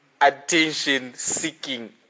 attention-seeking